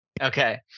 Okay